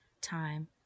time